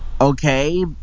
Okay